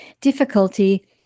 difficulty